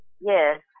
Yes